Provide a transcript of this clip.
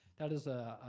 that is a